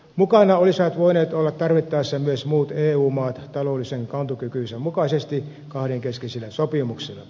mukana olisivat voineet olla tarvittaessa myös muut eu maat taloudellisen kantokykynsä mukaisesti kahdenkeskisillä sopimuksilla